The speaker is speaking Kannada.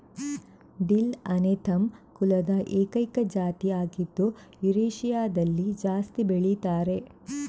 ಡಿಲ್ ಅನೆಥಮ್ ಕುಲದ ಏಕೈಕ ಜಾತಿ ಆಗಿದ್ದು ಯುರೇಷಿಯಾದಲ್ಲಿ ಜಾಸ್ತಿ ಬೆಳೀತಾರೆ